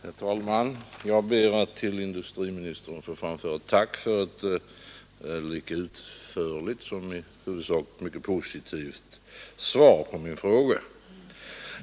Herr talman! Jag ber att till industriministern få framföra mitt tack för ett lika utförligt som i huvudsak positivt svar på min fråga.